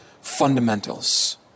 fundamentals